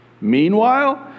Meanwhile